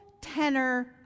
tenor